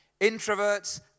Introverts